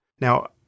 Now